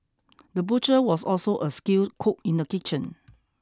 the butcher was also a skilled cook in the kitchen